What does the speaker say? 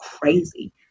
crazy